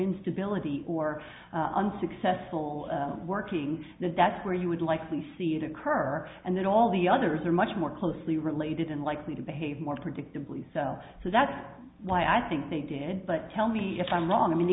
instability or unsuccessful working that that's where you would likely see it occur and then all the others are much more closely related and likely to behave more predictably so so that's why i think they did but tell me if i'm wrong i'm an